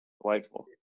Delightful